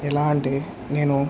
ఎలాంటి నేను